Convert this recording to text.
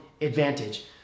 advantage